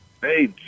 Hey